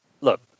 look